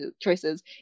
choices